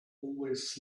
always